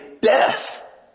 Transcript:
death